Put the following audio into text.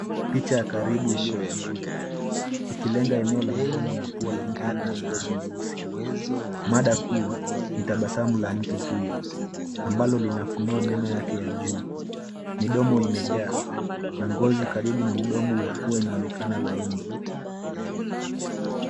Picha ya karibu iliyopunguzwa ikilenga eneo la mdomo na pua la mtu mwenye ngozi nyeusi. Mada kuu ni tabasamu la mtu huyo ambalo linafunua meno yake ya juu. Midomo imejaa na ngozi karibu na mdomo na pua inaonekana laini.